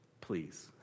please